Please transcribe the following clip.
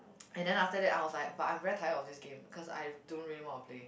and then after that I was like but I'm very tired of this game because I don't really want to play